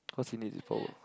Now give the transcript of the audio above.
cause he needs it for work